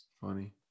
Funny